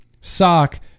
sock